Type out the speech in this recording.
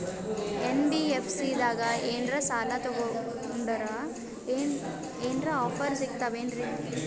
NBFC ದಾಗ ಏನ್ರ ಸಾಲ ತೊಗೊಂಡ್ನಂದರ ಏನರ ಆಫರ್ ಸಿಗ್ತಾವೇನ್ರಿ?